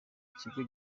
kigo